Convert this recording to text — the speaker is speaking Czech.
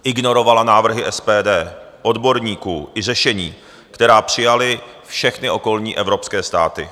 Ignorovala návrhy SPD, odborníků i řešení, která přijaly všechny okolní evropské státy.